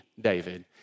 David